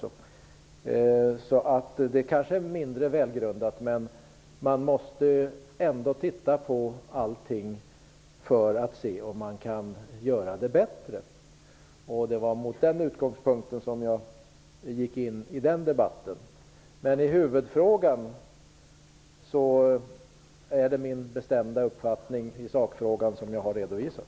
Så min uppfattning därvidlag är kanske mindre välgrundad, men man måste ändå titta på allting för att se om man kan göra det bättre. Det var min utgångspunkt när jag gick in i den debatten. Men i huvudfrågan är det min bestämda uppfattning i sak som jag har redovisat.